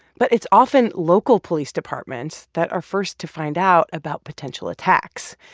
but it's often local police departments that are first to find out about potential attacks.